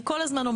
הם לא הסיפור,